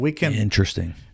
Interesting